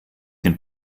den